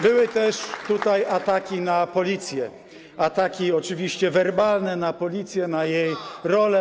Były też tutaj ataki na Policję, ataki oczywiście werbalne na Policję, na jej rolę.